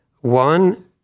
One